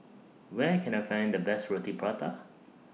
Where Can I Find The Best Roti Prata